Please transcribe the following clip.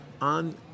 on